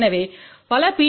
எனவே பல பி